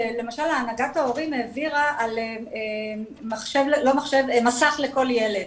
שלמשל הנהגת ההורים העבירה על מסך לכל ילד.